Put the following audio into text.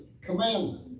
commandment